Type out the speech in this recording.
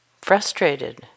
frustrated